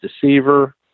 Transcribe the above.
deceiver